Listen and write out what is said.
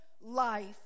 life